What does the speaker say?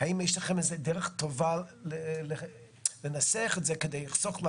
האם יש איזשהו נפקות לכך שהדוח שמופק ומועבר על ידי ישראל נובע